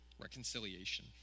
reconciliation